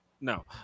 no